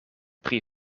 pri